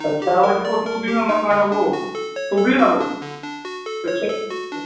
अच्छा हो जेको टू बी में मकान आहे उहो टू बी वारो अच्छा